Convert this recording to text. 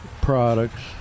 products